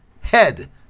Head